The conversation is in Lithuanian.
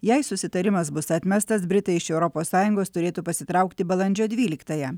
jei susitarimas bus atmestas britai iš europos sąjungos turėtų pasitraukti balandžio dvyliktąją